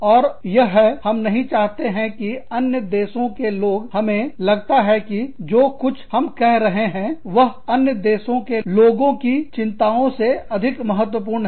और यह है हम नहीं चाहते हैं कि अन्य देशों में लोग हमें लगता है कि जो कुछ हम कह रहे हैं वह अन्य देशों के लोगों की चिंताओं से अधिक महत्वपूर्ण है